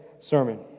sermon